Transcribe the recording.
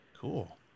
Cool